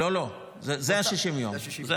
לא, לא, אלה ה-60 יום.